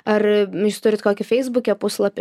ar jūs turit kokį feisbuke puslapį